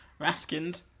Raskind